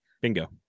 bingo